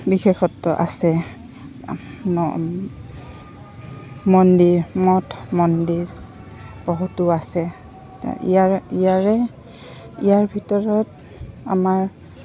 বিশেষত্ব আছে মন্দিৰ মঠ মন্দিৰ বহুতো আছে ইয়াৰে ইয়াৰে ইয়াৰ ভিতৰত আমাৰ